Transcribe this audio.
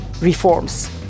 reforms